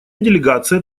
делегация